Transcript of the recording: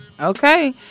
okay